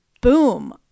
boom